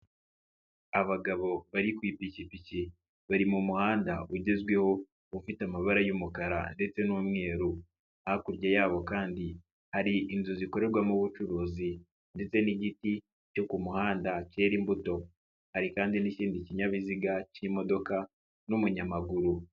Abagabo bari ku ipikipiki, bari mu muhanda ugezweho ufite amabara y'umukara ndetse n'umweru. Hakurya yabo kandi hari inzu zikorerwamo ubucuruzi ndetse n'igiti cyo ku muhanda kera imbuto. Hari kandi n'ikindi kinyabiziga k'imodoka n'umunyamaguru.